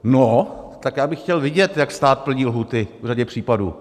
No, tak já bych chtěl vidět, jak stát plní lhůty v řadě případů.